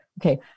Okay